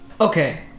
Okay